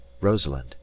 rosalind